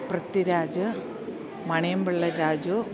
Prithviraj Maniyan Pillai Raju